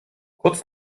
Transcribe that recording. kurz